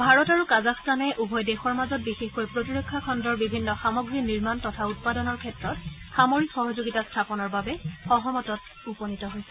ভাৰত আৰু কাজাখস্তানে উভয় দেশৰ মাজত বিশেষকৈ প্ৰতিৰক্ষা খণ্ডৰ বিভিন্ন সামগ্ৰী নিৰ্মণ তথা উৎপাদনৰ ক্ষেত্ৰত সামৰিক সহযোগিতা স্থাপনৰ বাবে সহমতত উপনীত হৈছে